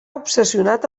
obsessionat